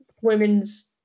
women's